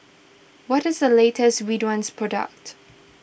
what is the latest Ridwind product